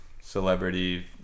celebrity